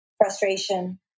frustration